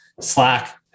Slack